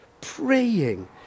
praying